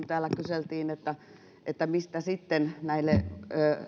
täällä kyseltiin mistä sitten näille